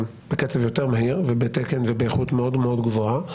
בקצב יותר מהיר ובתקן ובאיכות מאוד גבוהה,